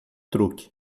truque